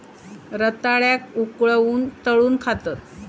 रताळ्याक उकळवून, तळून खातत